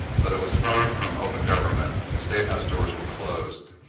but it was far from open government. the state house doors were closed,